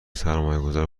سرمایهگذار